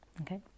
Okay